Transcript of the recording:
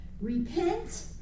Repent